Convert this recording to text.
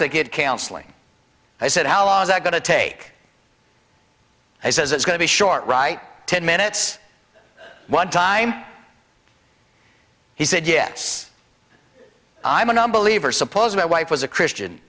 to get counseling i said how is that going to take he says it's going to be short right ten minutes one time he said yes i'm a nonbeliever suppose my wife was a christian